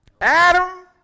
Adam